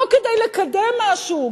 לא כדי לקדם משהו,